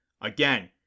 Again